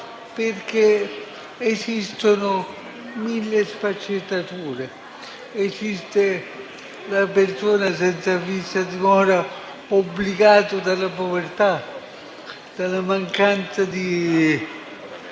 perché esistono 1.000 sfaccettature: esiste la persona senza fissa dimora obbligata dalla povertà, dalla mancanza di